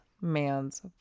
man's